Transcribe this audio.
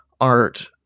Art